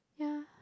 yeah